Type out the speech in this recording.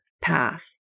path